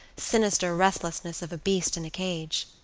sinister restlessness of a beast in a cage.